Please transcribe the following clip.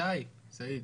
מתי, סעיד?